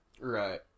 Right